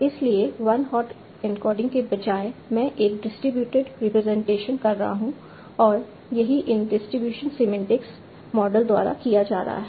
इसलिए one hot encoding के बजाय मैं एक डिस्ट्रीब्यूटेड रिप्रेजेंटेशन कर रहा हूं और यही इन डिस्ट्रीब्यूशन सीमेन्टिक मॉडल द्वारा किया जा रहा है